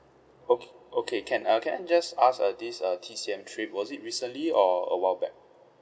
okay okay can uh can I just ask uh this uh T_C_M trip was it recently or a while back